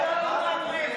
קרעי.